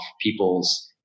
people's